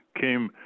came